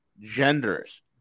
genders